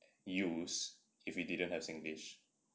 use if you didn't have singlish